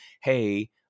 hey